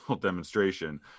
demonstration